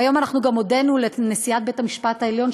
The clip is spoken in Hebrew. והיום גם הודינו לנשיאת בית-המשפט העליון,